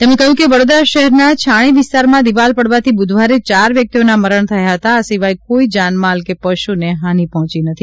તેમણે કહ્યું કે વડોદરા શહેરના છાણી વિસ્તારમાં દિવાલ પડવાથી બુધવારે ચાર વ્યક્તિઓના મરણ થયા હતા આ સિવાય કોઇ જાનમાલ કે પશુને હાનિ પહોંચી નથી